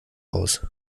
aus